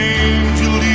angel